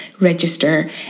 register